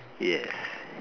yes